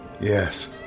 Yes